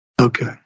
Okay